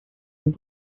and